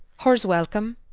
hur's welcome,